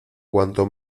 cuanto